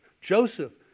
Joseph